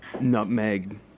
nutmeg